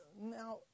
now